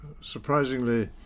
surprisingly